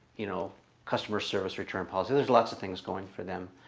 you know customer service return policy. there's lots of things going for them